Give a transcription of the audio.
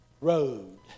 road